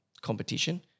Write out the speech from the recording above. competition